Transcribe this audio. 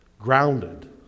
grounded